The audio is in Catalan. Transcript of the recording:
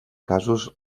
casos